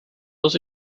dos